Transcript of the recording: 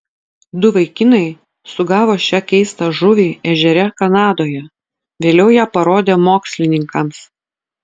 du vaikinai sugavo šią keistą žuvį ežere kanadoje vėliau ją parodė mokslininkams